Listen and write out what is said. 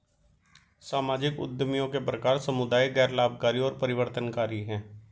सामाजिक उद्यमियों के प्रकार समुदाय, गैर लाभकारी और परिवर्तनकारी हैं